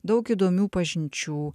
daug įdomių pažinčių